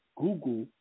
google